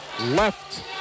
left